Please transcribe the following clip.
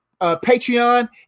Patreon